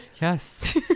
Yes